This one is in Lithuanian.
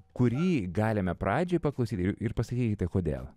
kurį galime pradžioj paklausyti ir pasakykite kodėl